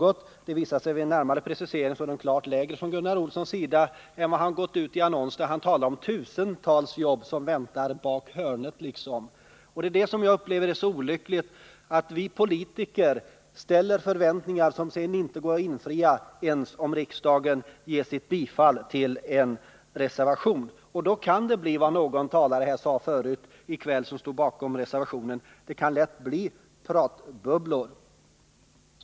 Gunnar Olssons siffror nu visar sig vid en närmare precisering vara klart lägre än de siffror som han gått ut med i en annons, där han talat om de tusentals jobb som väntar — bak hörnet, liksom. Jag upplever det som olyckligt att politiker skapar förväntningar som det sedan inte går att infria ens om riksdagen ger sitt bifall till en reservation i linje med dessa. Då kan det bli vad någon talare som stod bakom reservationen sade här förut i kväll: det kan lätt bli pratbubblor.